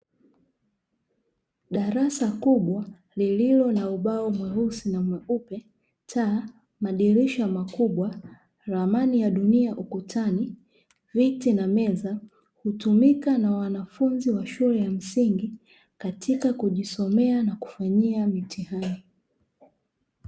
Darasa kubwa lililo na ubao mweusi na mweupe, taa, madirisha makubwa, ramani ya dunia ukutani, viti na meza, hutumika na wanafunzi wa shule ya msingi katika kujisomea na kufanyia mitihani.